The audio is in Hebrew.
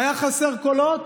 היו חסרים קולות,